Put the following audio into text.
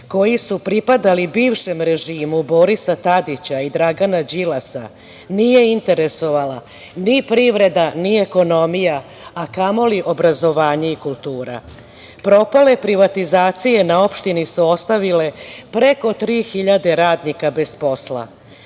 koji su pripadali bivšem režimu Borisa Tadića i Dragana Đilasa, nije interesovala ni privreda, ni ekonomija, a kamoli obrazovanje i kultura. Propale privatizacije na opštini su ostavili preko 3.000 radnika bez posla,